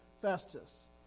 Festus